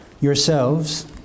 yourselves